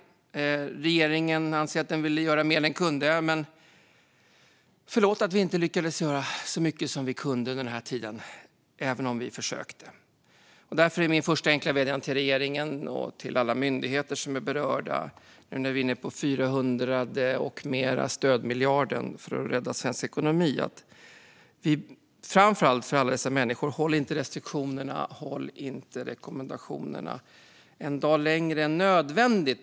Regeringen anser att den ville göra mer än den kunde. Men förlåt för att vi inte lyckades göra så mycket som vi hade kunnat den här tiden, även om vi försökte! Därför är min första enkla vädjan till regeringen och till alla myndigheter som är berörda nu när vi är inne på den fyrahundrade, och mer, stödmiljarden för att rädda svensk ekonomi: Framför allt för alla dessa människors skull, behåll inte restriktionerna och rekommendationerna en dag längre än nödvändigt!